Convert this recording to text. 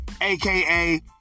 aka